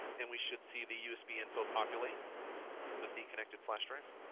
and we should see the usb info populate with the connected flash drive.